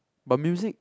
but music